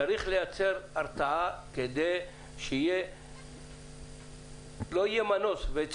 צריך לייצר הרתעה כדי שלא יהיה מנוס ויהיה